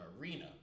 arena